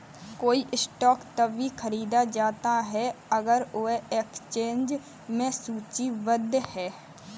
कोई स्टॉक तभी खरीदा जाता है अगर वह एक्सचेंज में सूचीबद्ध है